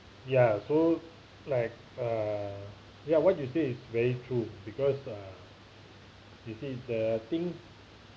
ya so like err yeah what do you say is very true because you see the thing